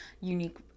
unique